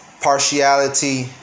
Partiality